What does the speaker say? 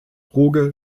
ruge